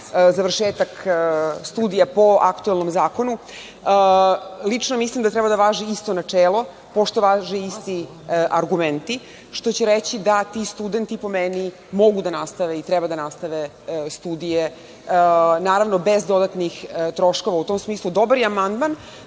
završetak studija po aktuelnom zakonu. Lično mislim da treba da važi isto načelo, pošto važe i isti argumenti, što će reći da ti studenti, po meni, mogu da nastave i treba da nastave studije, naravno, bez dodatnih troškova. U tom smislu, dobar je amandman,